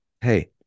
hey